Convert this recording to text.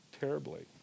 terribly